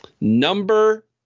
Number